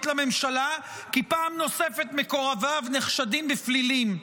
לממשלה כי פעם נוספת מקורביו נחשדים בפלילים.